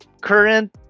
current